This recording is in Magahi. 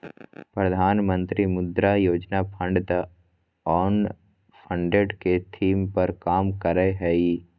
प्रधानमंत्री Mudra Yojana fund the unfunded के थीम पर काम करय हइ